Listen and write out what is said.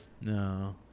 No